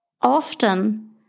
often